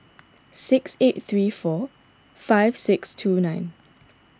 six eight three four five six two nine